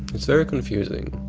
it's very confusing.